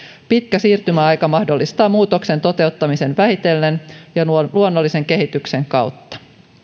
pitkä siirtymäaika mahdollistaa muutoksen toteuttamisen vähitellen ja luonnollisen kehityksen kautta